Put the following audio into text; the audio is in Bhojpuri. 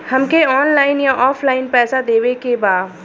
हमके ऑनलाइन या ऑफलाइन पैसा देवे के बा?